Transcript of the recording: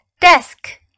Desk